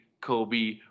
Kobe